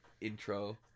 intro